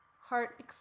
heart